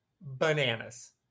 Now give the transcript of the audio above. bananas